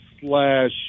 slash